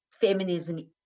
feminism